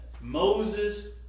Moses